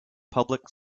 public